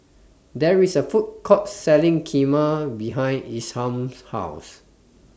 There IS A Food Court Selling Kheema behind Isham's House